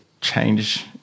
change